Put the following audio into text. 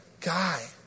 guy